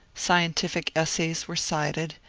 scientific essays were cited,